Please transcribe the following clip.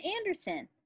anderson